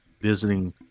visiting